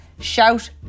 Shout